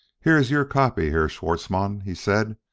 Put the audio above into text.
here is your copy, herr schwartzmann, he said.